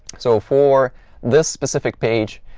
so for this specific page,